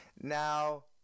Now